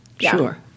Sure